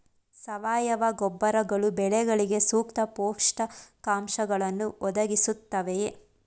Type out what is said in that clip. ಸಾವಯವ ಗೊಬ್ಬರಗಳು ಬೆಳೆಗಳಿಗೆ ಸೂಕ್ತ ಪೋಷಕಾಂಶಗಳನ್ನು ಒದಗಿಸುತ್ತವೆಯೇ?